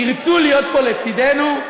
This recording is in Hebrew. ירצו להיות פה לצדנו,